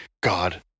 God